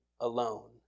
alone